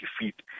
defeat